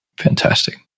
Fantastic